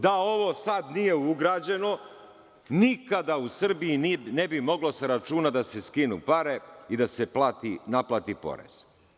Da ovo sada nije ugrađeno, nikada u Srbiji ne bi moglo sa računa da se skinu pare i da se naplati porez.